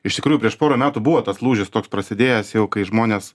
iš tikrųjų prieš porą metų buvo tas lūžis toks prasidėjęs jau kai žmonės